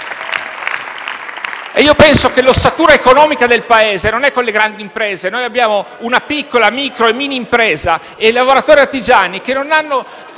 Io penso che l'ossatura economica del Paese non siano le grandi imprese. Noi abbiamo una piccola, micro e mini impresa, lavoratori e artigiani che hanno